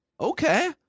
okay